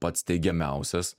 pats teigiamiausias